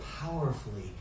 powerfully